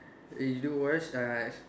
eh you do watch uh